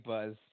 Buzz